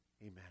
Amen